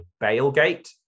Bailgate